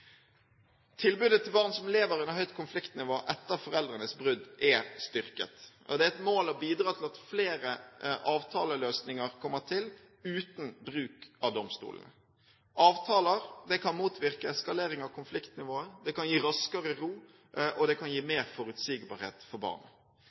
Tilbudet til barn som lever under høyt konfliktnivå etter foreldrenes brudd, er styrket. Det er et mål å bidra til at flere avtaleløsninger kommer til, uten bruk av domstolene. Avtaler kan motvirke eskalering av konfliktnivået, gi raskere ro og